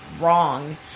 wrong